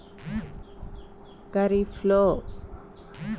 మంచి పరిమాణం ఉండే గింజలు ఏ కాలం లో వస్తాయి? రబీ లోనా? ఖరీఫ్ లోనా?